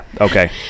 okay